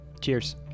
Cheers